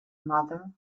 mother